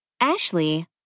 Ashley